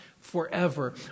forever